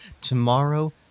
tomorrow